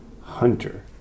hunter